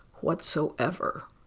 whatsoever